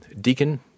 deacon